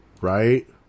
Right